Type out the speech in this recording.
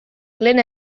glyn